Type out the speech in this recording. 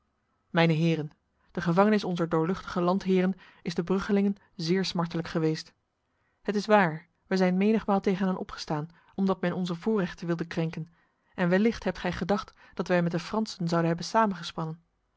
mijne heren de gevangenis onzer doorluchtige landheren is de bruggelingen zeer smartelijk geweest het is waar wij zijn menigmaal tegen hen opgestaan omdat men onze voorrechten wilde krenken en wellicht hebt gij gedacht dat wij met de fransen zouden hebben